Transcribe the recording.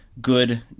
good